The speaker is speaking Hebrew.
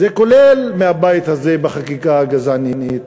כולל מהבית הזה, בחקיקה הגזענית,